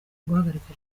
guhagarika